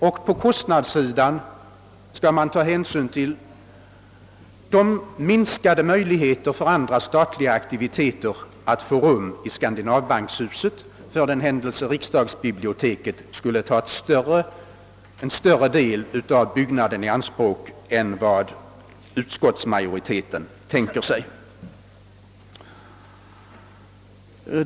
Och på kostnadssidan skall man ta hänsyn till de minskade möjligheterna för andra statliga aktiviteter att få rum i Skandinaviska bankens förutvarande fastighet i kvarteret Vinstocken för den händelse riksdagsbiblioteket skulle ta en större del av byggnaden i anspråk än utskottsmajoriteten tänker sig.